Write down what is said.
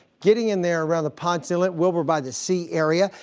getting in there around the ponce inlet, wilbur by the sea area.